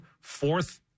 fourth